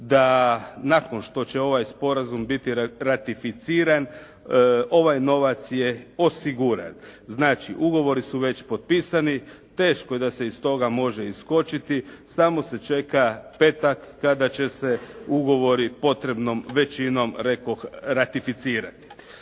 da nakon što će ovaj sporazum biti ratificiran ovaj novac je osiguran. Znači ugovori su već potpisani. Teško da se iz toga može iskočiti, samo se čeka petak kada će se ugovori potrebnom većinom rekoh ratificirati.